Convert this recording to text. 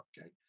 Okay